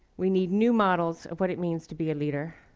we need new models of what it means to be a leader.